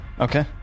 okay